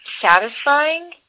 Satisfying